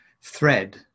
thread